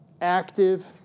active